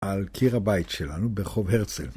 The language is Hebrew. על קיר הבית שלנו ברחוב הרצל